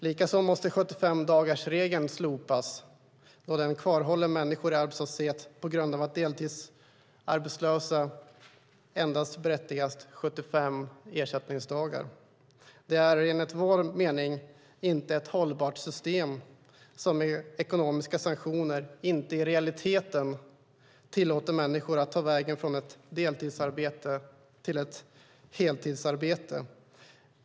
Likaså måste 75-dagarsregeln slopas, då den kvarhåller människor i arbetslöshet på grund av att deltidsarbetslösa endast berättigas 75 ersättningsdagar. Det är enligt vår mening inte hållbart med ett system som med ekonomiska sanktioner inte i realiteten tillåter människor att ta vägen från ett deltidsarbete till ett heltidsarbete.